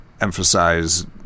emphasize